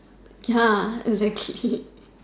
ya exactly